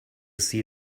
see